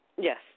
Yes